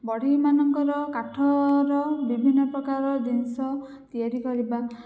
ବଢ଼େଇମାନଙ୍କର କାଠର ବିଭିନ୍ନ ପ୍ରକାର ଜିନିଷ ତିଆରି କରିବା